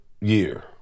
year